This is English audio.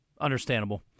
understandable